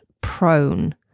prone